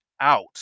out